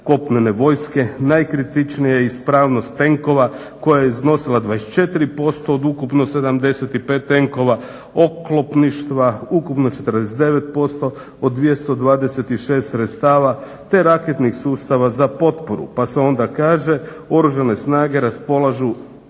kopnene vojske. Najkritičnije je ispravnost tenkova koja je iznosila 24% od ukupno 75 tenkova, oklopništva ukupno 49% od 226 sredstava, te raketnih sustava za potporu. Pa se onda kaže Oružane snage raspolažu